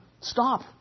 stop